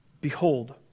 Behold